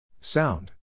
Sound